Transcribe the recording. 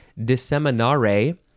disseminare